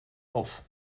auf